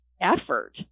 effort